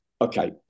Okay